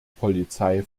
polizei